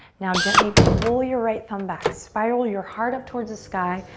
now gently pull your right thumb back. spiral your heart up towards the sky.